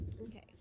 Okay